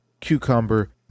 cucumber